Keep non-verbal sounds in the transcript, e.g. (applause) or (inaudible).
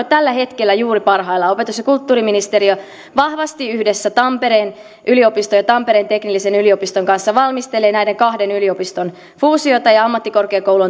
(unintelligible) tällä hetkellä juuri parhaillaan opetus ja kulttuuriministeriö vahvasti yhdessä tampereen yliopiston ja tampereen teknillisen yliopiston kanssa valmistelee näiden kahden yliopiston fuusiota ja ammattikorkeakoulu (unintelligible)